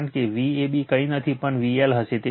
કારણ કે Vab કંઈ નથી પણ VL હશે